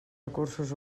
recursos